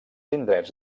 indrets